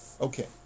Okay